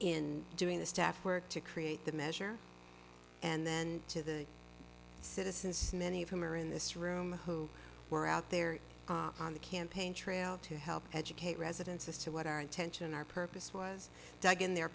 in doing the staff work to create the measure and then to the citizens many of whom are in this room who were out there on the campaign trail to help educate residents as to what our intention our purpose was dug in their